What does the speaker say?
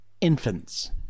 infants